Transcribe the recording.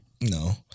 No